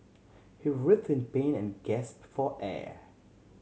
he writhed in pain and gasp for air